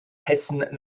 hessen